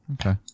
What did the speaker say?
Okay